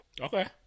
Okay